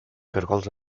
caragols